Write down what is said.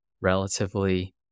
relatively